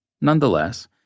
Nonetheless